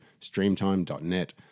streamtime.net